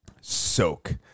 soak